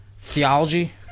theology